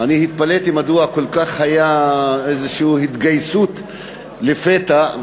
אני התפלאתי מדוע הייתה איזושהי התגייסות לפתע,